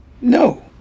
No